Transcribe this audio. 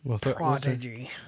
Prodigy